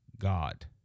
God